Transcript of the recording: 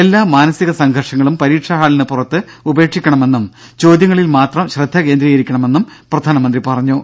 എല്ലാ മാനസിക സംഘർഷങ്ങളും പരീക്ഷാ ഹാളിന് പുറത്ത് ഉപേക്ഷിക്കണമെന്നും ചോദ്യങ്ങളിൽ മാത്രം ശ്രദ്ധ കേന്ദ്രീകരിക്കണമെന്നും പ്രധാനമന്ത്രി പറഞ്ഞു